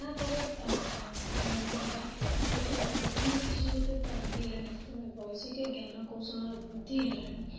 ତା'ପରେ ଆମର ରହିଲା ଯୋଉ ଏବେ ଟେକ୍ନୋଲୋଜି ଯେହେତୁ ଏତେ ଆଗେଇଲାଣି ଯେତେବେଳେ ବୈଷୟିକ ଜ୍ଞାନ କୌଶଳର ବୃଦ୍ଧି ହେଲାଣି